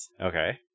Okay